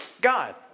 God